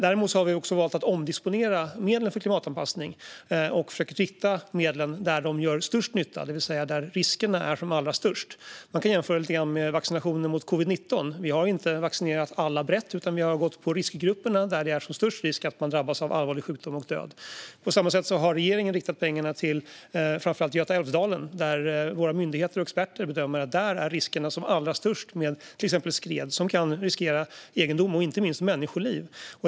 Däremot har vi valt att omdisponera medlen för klimatanpassning och försöker rikta medlen dit de gör störst nytta, det vill säga där riskerna är som allra störst. Man kan jämföra det lite grann med vaccinationen mot covid-19. Där har vi inte vaccinerat alla brett, utan vi har gått på riskgrupperna, där man löper störst risk att drabbas av allvarlig sjukdom och död. På samma sätt har regeringen riktat pengarna till framför allt Götaälvdalen, där våra myndigheter och experter bedömer att riskerna för till exempel skred är allra störst. Ett skred kan riskera egendom och inte minst människoliv.